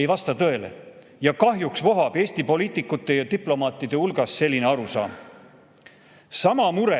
ei vasta tõele. Kahjuks vohab Eesti poliitikute ja diplomaatide hulgas selline arusaam. Sama mure